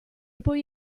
poi